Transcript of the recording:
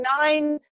nine